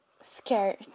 Scared